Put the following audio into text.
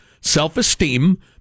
self-esteem